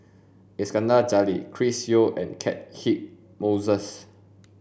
Iskandar Jalil Chris Yeo and Catchick Moses